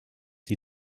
die